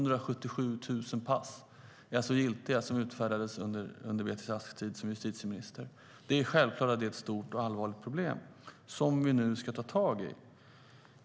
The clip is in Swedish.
Det är självklart att det är ett stort och allvarligt problem som vi nu ska ta tag i.